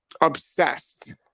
Obsessed